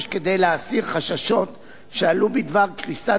יש כדי להסיר חששות שעלו בדבר קריסת